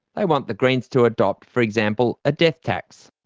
they want the greens to adopt, for example, a death tax.